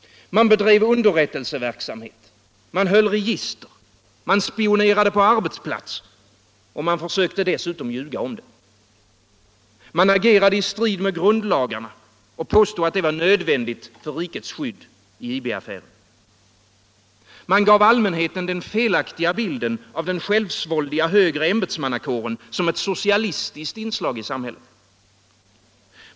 Man bedrev underrättelseverksamhet, man höll register, man spionerade på arbetsplatser och man försökte dessutom ljuga om det. Man agerade i strid mot grundlagarna och påstod att det var nödvändigt för rikets skydd i IB-affären. Man gav allmänheten den felaktiga bilden av den självsvåldiga högre ämbetsmannakåren som ett socialistiskt inslag i samhället.